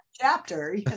chapter